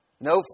No